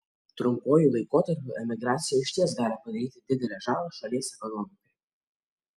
trumpuoju laikotarpiu emigracija išties gali padaryti didelę žalą šalies ekonomikai